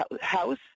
house